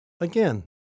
Again